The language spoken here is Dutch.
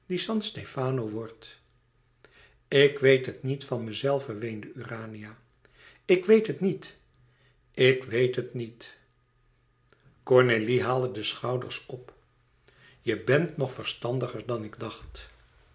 stefano wordt ik weet het niet van mezelve weende urania ik weet het niet ik weet het niet cornélie haalde de schouders op je bent nog verstandiger dan ik dacht